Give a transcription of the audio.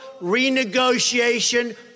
renegotiation